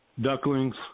ducklings